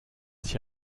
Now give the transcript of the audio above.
sich